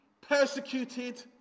persecuted